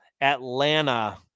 Atlanta